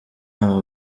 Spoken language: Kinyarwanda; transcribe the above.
aba